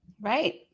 right